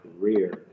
career